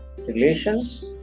relations